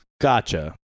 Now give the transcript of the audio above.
Gotcha